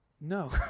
No